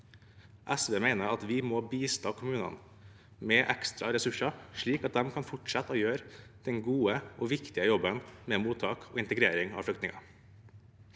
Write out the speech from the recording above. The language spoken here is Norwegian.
SV mener at vi må bistå kommunene med ekstra ressurser, slik at de kan fortsette å gjøre den gode og viktige jobben med mottak og integrering av flyktninger.